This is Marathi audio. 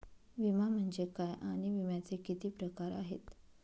विमा म्हणजे काय आणि विम्याचे किती प्रकार आहेत?